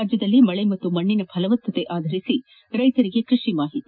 ರಾಜ್ಯದಲ್ಲಿ ಮಳೆ ಮತ್ತು ಮಣ್ಣಿನ ಫಲವತ್ತತೆ ಆಧರಿಸಿ ರೈತರಿಗೆ ಕೃಷಿ ಮಾಹಿತಿ